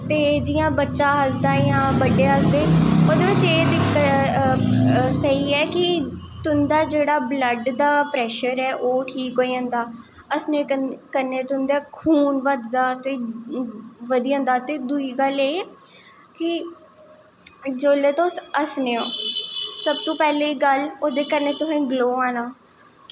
ते जियां बच्चा हसदा जां बड्डै हसदे एह्दे बिच्च एह् स्हेई ऐ कि तुंदा जेह्ड़ा बल्ड दा प्रैशर ऐ ओह् स्हेई होई जंदा हस्सनें कन्नैं तुंदा खून बददा ते बदी जंदा ते दुई गल्ल एह् कि जिसलै तुस हस्सनें हो ते पैह्ली गल्ल ओह्दे कन्नैं तुसेंगी ग्लो आना